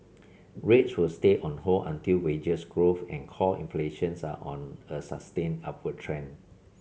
rates will stay on hold until wages growth and core inflations are on a sustained upward trend